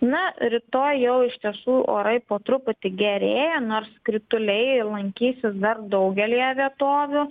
na rytoj jau iš tiesų orai po truputį gerėja nors krituliai lankysis dar daugelyje vietovių